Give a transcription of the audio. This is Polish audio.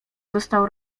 został